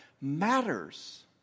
matters